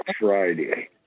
Friday